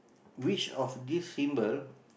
which of this symbol